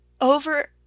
over